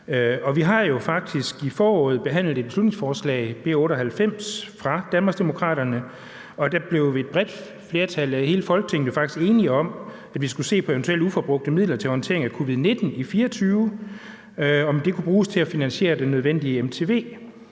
faktisk i foråret behandlet et beslutningsforslag, B 98, fra Danmarksdemokraterne, og der blev et bredt flertal i Folketinget jo faktisk enig om, at vi skulle se på, om eventuelle uforbrugte midler til håndtering af covid-19 i 2024 kunne bruges til at finansiere den nødvendige